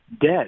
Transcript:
dead